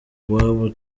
iwabo